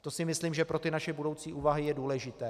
To si myslím, že pro ty naše budoucí úvahy je důležité.